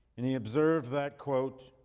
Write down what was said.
and he observed that quote,